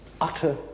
utter